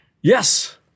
Yes